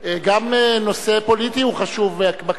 גם נושא פוליטי הוא חשוב, בכנסת.